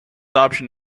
option